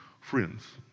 friends